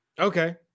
Okay